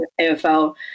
AFL